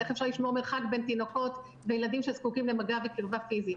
איך אפשר לשמור מרחק בין תינוקות וילדים שזקוקים למגע וקרבה פיזית,